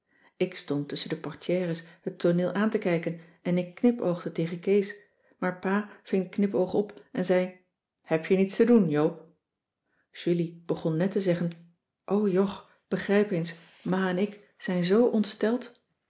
ik stond tusschen de portières het tooneel aan te kijken en ik knipoogde tegen kees maar pa ving de knipoog op en zei heb je niets te doen joop julie begon net te zeggen o jog begrijp eens ma en ik zijn zoo